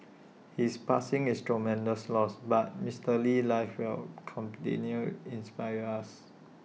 his passing is tremendous loss but Mister Lee's life will continue inspire us